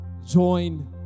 Join